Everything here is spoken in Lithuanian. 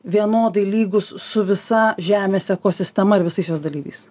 vienodai lygūs su visa žemės ekosistema ir visais jos dalyviais